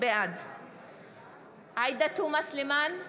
בעד עאידה תומא סלימאן,